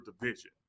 division